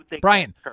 Brian